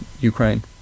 Ukraine